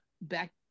back